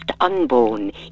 unborn